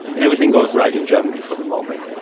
everything goes right in germany for the moment.